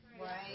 Right